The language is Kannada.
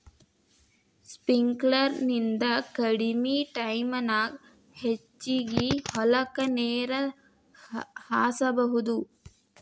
ಸ್ಪಿಂಕ್ಲರ್ ನಿಂದ ಕಡಮಿ ಟೈಮನ್ಯಾಗ ಹೆಚಗಿ ಹೊಲಕ್ಕ ನೇರ ಹಾಸಬಹುದು